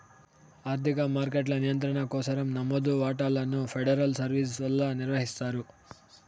ఆర్థిక మార్కెట్ల నియంత్రణ కోసరం నమోదు వాటాలను ఫెడరల్ సర్వీస్ వల్ల నిర్వహిస్తారు